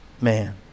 man